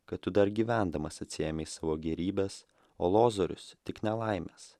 kad tu dar gyvendamas atsiėmei savo gėrybes o lozorius tik nelaimes